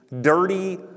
dirty